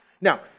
Now